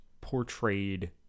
portrayed